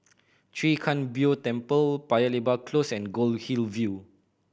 Chwee Kang Beo Temple Paya Lebar Close and Goldhill View